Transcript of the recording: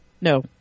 no